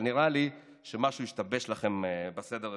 אבל נראה לי שמשהו השתבש לכם בסדר העדיפויות.